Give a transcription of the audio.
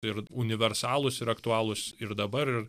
ir universalūs ir aktualūs ir dabar ir